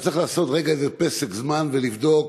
אבל צריך לעשות איזה פסק זמן ולבדוק